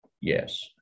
Yes